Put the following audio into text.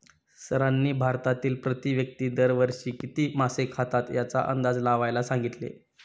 सरांनी भारतातील प्रति व्यक्ती दर वर्षी किती मासे खातात याचा अंदाज लावायला सांगितले?